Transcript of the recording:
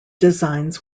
designs